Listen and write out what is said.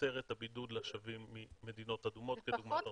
לקצר את הבידוד לשבים ממדינות אדומות כדוגמת ארצות-הברית.